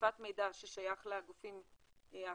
חשיפת מידע ששייך לגופים האחרים,